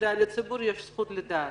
ולציבור יש זכות לדעת.